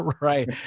Right